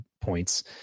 points